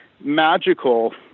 magical